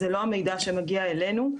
זה לא המידע שמגיע אלינו.